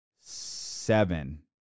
seven